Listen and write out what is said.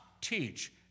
teach